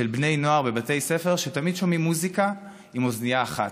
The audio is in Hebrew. של בני נוער בבתי ספר שתמיד שומעים מוזיקה עם אוזנייה אחת,